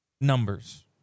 numbers